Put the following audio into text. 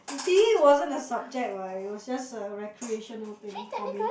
p_e wasn't a subject what it was just a recreational thing for me